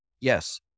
Yes